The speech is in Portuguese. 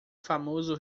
famoso